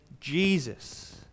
Jesus